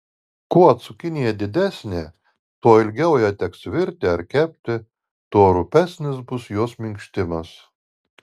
kuo cukinija didesnė tuo ilgiau ją teks virti ar kepti tuo rupesnis bus jos minkštimas